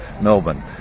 Melbourne